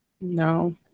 No